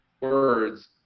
words